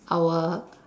our